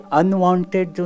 unwanted